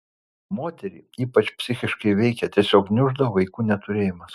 moterį ypač psichiškai veikia tiesiog gniuždo vaikų neturėjimas